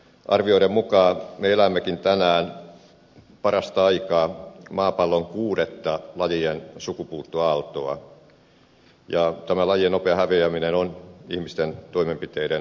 arvioiden mukaan me elämmekin tänään parasta aikaa maapallon kuudetta lajien sukupuuttoaaltoa ja tämä lajien nopea häviäminen on ihmisten toimenpiteiden seurausta